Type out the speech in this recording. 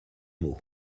mot